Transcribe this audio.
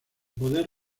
poder